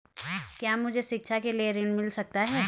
क्या मुझे शिक्षा के लिए ऋण मिल सकता है?